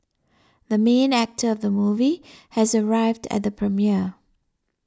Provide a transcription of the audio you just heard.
the main actor of the movie has arrived at the premiere